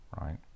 right